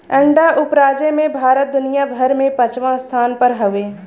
अंडा उपराजे में भारत दुनिया भर में पचवां स्थान पर हउवे